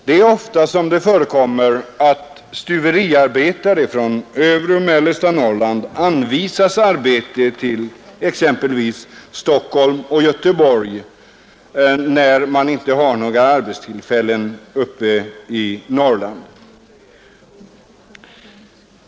Det förekommer ofta att stuveriarbetare från övre och mellersta Norrland anvisas arbete i exempelvis Stockholm och Göteborg när det inte finns några arbetstillfällen uppe i Norrland.